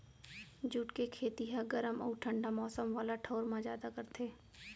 jute के खेती ह गरम अउ ठंडा मौसम वाला ठऊर म जादा करथे